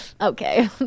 Okay